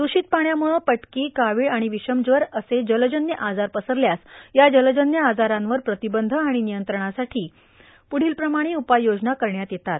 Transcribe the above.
दूषित पाण्यामुळं पटकी कावीळ विषमज्वर असं जलजन्य आजार पसरल्यास या जलजन्य आजारावर प्रतिबंध आणि नियंत्रणासाठी पुढीलप्रमाणे उपाययोजना करण्यात येतात